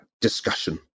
discussion